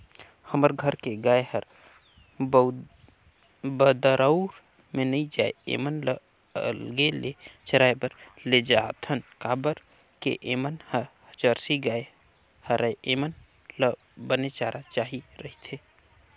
हमर घर के गाय हर बरदउर में नइ जाये ऐमन ल अलगे ले चराए बर लेजाथन काबर के ऐमन ह जरसी गाय हरय ऐेमन ल बने चारा चाही रहिथे